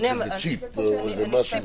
יכול להיות שזה בצ'יפ או איזה משהו.